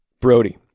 Brody